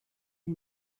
les